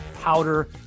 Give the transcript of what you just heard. powder